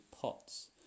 pots